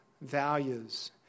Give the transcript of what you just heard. values